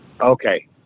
Okay